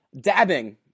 Dabbing